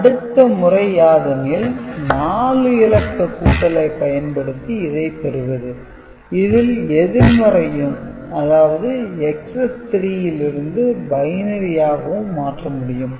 அடுத்த முறை யாதெனில் 4 இலக்க கூட்டலை பயன்படுத்தி இதைப் பெறுவது இதில் எதிர்மறையையும் அதாவது Excess - 3 யிலிருந்து பைனரியாகவும் மாற்ற முடியும்